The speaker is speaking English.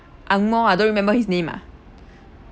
ang moh ah don't remember his name ah